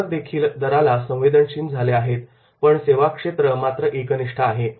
ग्राहकदेखील दराला संवेदनशील झाले आहेत पण सेवा क्षेत्र मात्र एकनिष्ठ आहे